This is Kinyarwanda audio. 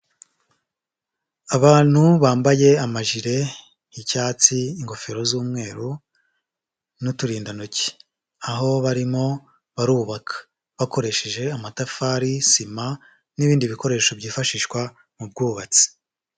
Abantu bambaye amajire y'icyatsi, ingofero z'umweru n'uturindantoki, aho barimo barubaka, bakoresheje amatafari, sima n'ibindi bikoresho byifashishwa mu bwubatsi.